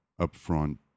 upfront